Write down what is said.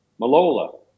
Malola